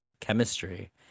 chemistry